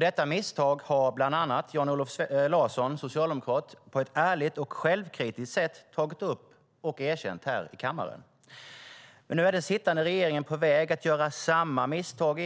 Detta misstag har bland annat Jan-Olof Larsson från Socialdemokraterna på ett ärligt och självkritiskt sätt tagit upp och erkänt här i kammaren. Nu är den sittande regeringen på väg att göra samma misstag,